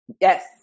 Yes